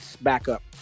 Backup